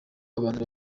abahanzi